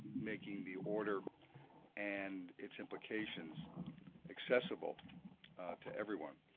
making the order and its implications accessible to everyone.